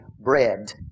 bread